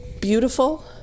beautiful